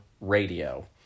radio